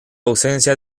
ausencia